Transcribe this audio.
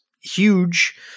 huge